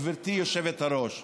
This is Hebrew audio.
גברתי היושבת-ראש.